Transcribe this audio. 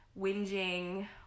whinging